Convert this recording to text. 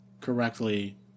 correctly